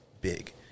big